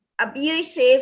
abusive